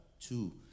two